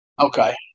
Okay